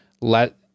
let